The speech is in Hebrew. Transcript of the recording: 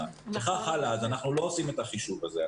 --- וכך הלאה, אז אנחנו לא עושים את החישוב הזה.